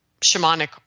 shamanic